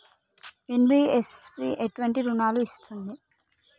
NBFC ఎటువంటి రుణాలను ఇస్తుంది?